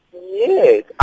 Yes